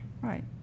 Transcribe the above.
Right